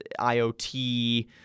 IoT